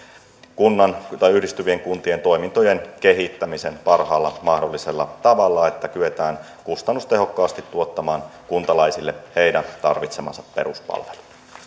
yhdistyvien kuntien toimintojen kehittämisen parhaalla mahdollisella tavalla että kyetään kustannustehokkaasti tuottamaan kuntalaisille heidän tarvitsemansa peruspalvelut